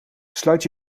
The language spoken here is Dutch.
sluit